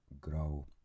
grow